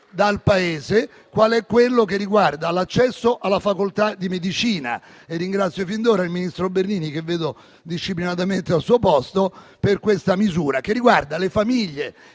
dal Paese quale quello che riguarda l'accesso alla facoltà di medicina e ringrazio fin d'ora il ministro Bernini che vedo disciplinatamente al suo posto per questa misura che riguarda le famiglie,